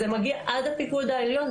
זה מגיע עד הפיקוד העליון,